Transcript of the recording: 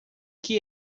que